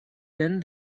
then